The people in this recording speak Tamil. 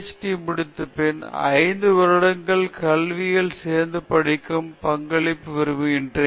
டி முடித்தபின் 5 வருடங்கள் கல்வியலில் சேர்த்து படிப்புக்கு பங்களிக்க விரும்புகிறேன்